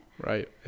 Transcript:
right